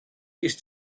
ist